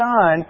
Son